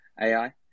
ai